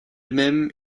même